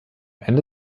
ende